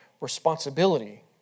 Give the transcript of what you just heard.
responsibility